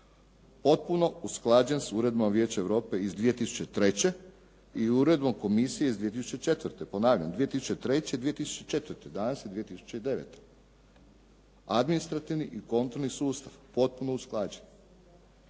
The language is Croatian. potpuno usklađen s Uredbama Vijeća Europe iz 2003. i Uredbom Komisije iz 2004. Ponavljam 2003. i 2004. Danas je 2009. Administrativni i kontrolni sustav potpuno usklađen.